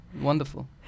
wonderful